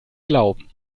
glauben